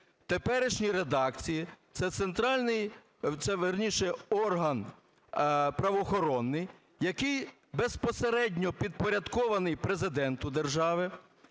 це, вірніше, орган правоохоронний, який безпосередньо підпорядкований Президенту держави,